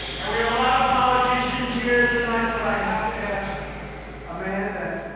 and we have a lot of politicians here tonight, but i have to ask a man that